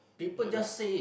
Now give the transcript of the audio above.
ya lah